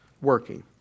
working